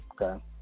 okay